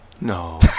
No